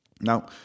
Now